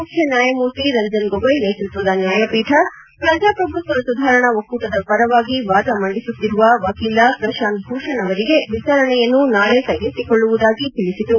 ಮುಖ್ಯ ನ್ಯಾಯಮೂರ್ತಿ ರಂಜನ್ ಗೊಗೋಯ್ ನೇತ್ಪತ್ವದ ನ್ಯಾಯಪೀಠ ಪ್ರಜಾಪ್ರಭುತ್ವ ಸುಧಾರಣಾ ಒಕ್ಕೂಟದ ಪರವಾಗಿ ವಾದ ಮಂದಿಸುತ್ತಿರುವ ವಕೀಲ ಪ್ರಶಾಂತ್ ಭೂಷಣ್ ಅವರಿಗೆ ವಿಚಾರಣೆಯನ್ನು ನಾಳೆ ಕೈಗೆತ್ತಿಕೊಳ್ಳುವುದಾಗಿ ತಿಳಿಸಿತು